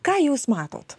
ką jūs matot